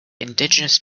indigenous